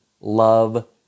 love